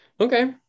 Okay